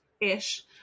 ish